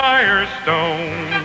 Firestone